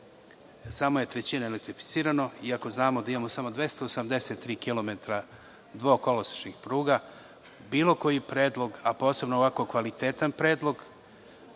samo trećina je elektrificirano i ako znamo da imamo samo 283 kilometara dvokolosečnih pruga, bilo koji predlog, a posebno ovako kvalitetan predlog,